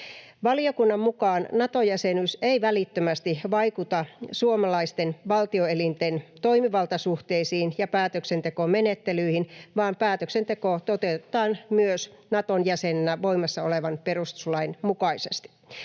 Valiokunnan mukaan Nato-jäsenyys ei välittömästi vaikuta suomalaisten valtioelinten toimivaltasuhteisiin ja päätöksentekomenettelyihin, vaan päätöksenteko toteutetaan myös Naton jäsenenä voimassa olevan perustuslain mukaisesti.